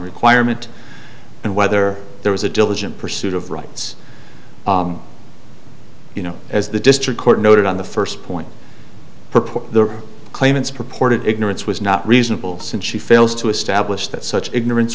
requirement and whether there was a diligent pursuit of rights you know as the district court noted on the first point purport the claimants purported ignorance was not reasonable since she fails to establish that such ignorance